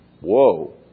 Whoa